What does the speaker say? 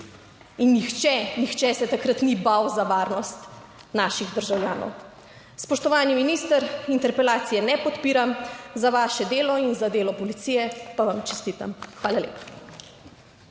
In nihče, nihče se takrat ni bal za varnost naših državljanov. ..Spoštovani minister, interpelacije ne podpiram, za vaše delo in za delo policije pa vam čestitam. Hvala lepa.